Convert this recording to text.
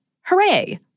hooray